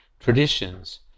Traditions